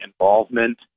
involvement